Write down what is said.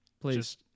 Please